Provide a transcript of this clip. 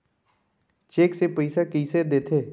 Cheque से पइसा कइसे देथे?